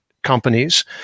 companies